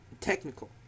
technical